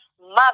mother